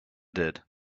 did